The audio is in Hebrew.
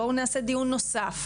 בואו נעשה דיון נוסף,